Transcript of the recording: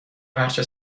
هرچه